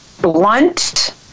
blunt